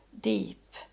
deep